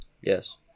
Yes